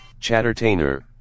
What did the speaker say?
Chattertainer